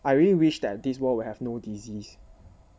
I really wish that this world would have no disease